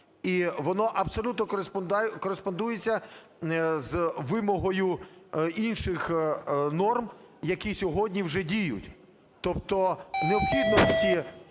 І воно абсолютно кореспондується з вимогою інших норм, які сьогодні вже діють. Тобто необхідності